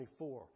24